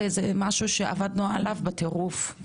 וזה משהו שעבדנו עליו בטירוף,